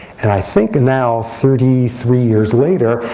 and i think now, thirty three years later,